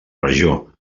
regió